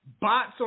Bots